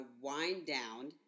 wind-down